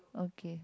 okay